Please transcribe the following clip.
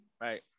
Right